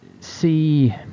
see